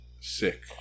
Sick